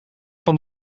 van